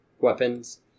weapons